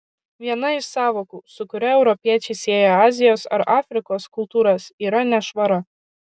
viena iš sąvokų su kuria europiečiai sieja azijos ar afrikos kultūras yra nešvara